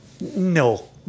No